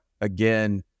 again